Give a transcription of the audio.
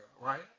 right